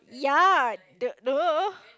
ya the